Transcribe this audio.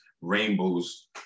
rainbows